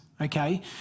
okay